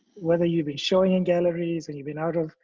whether you've been showing in galleries and you've been out of